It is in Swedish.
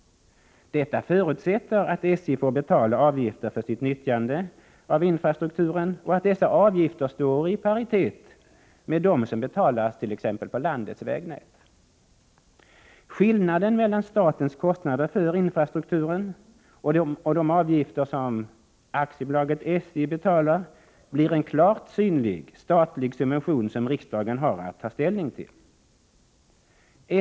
Detta förutsätter att SJ får betala avgifter för sitt nyttjande av infrastrukturen och att dessa avgifter står i paritet med dem som betalas på t.ex. landets vägnät. Skillnaden mellan statens kostnader för infrastrukturen och de avgifter som AB SJ betalar blir en klart synlig statlig subvention, som riksdagen har att ta ställning till.